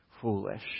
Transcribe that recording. foolish